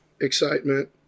excitement